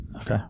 Okay